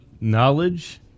knowledge